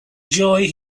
joy